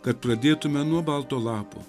kad pradėtume nuo balto lapo